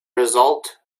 result